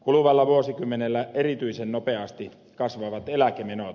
kuluvalla vuosikymmenellä erityisen nopeasti kasvavat eläkemenot